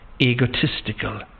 egotistical